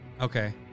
Okay